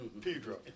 Pedro